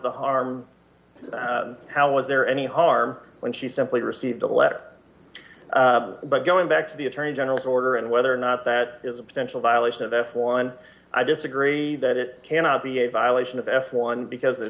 the harm how was there any harm when she simply received a letter but going back the attorney general's order and whether or not that is a potential violation of f one i disagree that it cannot be a violation of s one because